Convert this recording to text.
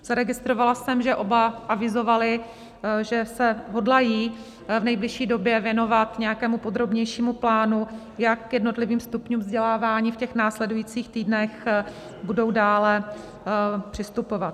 Zaregistrovala jsem, že oba avizovali, že se hodlají v nejbližší době věnovat nějakému podrobnějšímu plánu, jak k jednotlivým stupňům vzdělávání v těch následujících týdnech budou dále přistupovat.